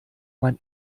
man